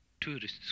Tourists